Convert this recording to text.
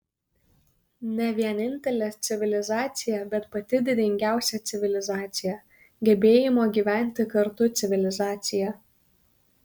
ne vienintelė civilizacija bet pati didingiausia civilizacija gebėjimo gyventi kartu civilizacija